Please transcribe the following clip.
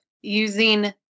using